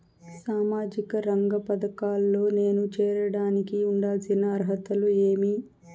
సామాజిక రంగ పథకాల్లో నేను చేరడానికి ఉండాల్సిన అర్హతలు ఏమి?